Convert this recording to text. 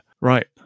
right